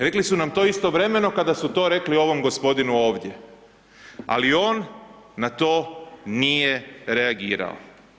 Rekli su nam to istovremeno kada su to rekli ovom gospodinu ovdje ali on na to nije reagirao.